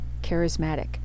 charismatic